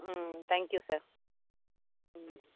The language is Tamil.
ம் தேங்க்யூ சார் ம்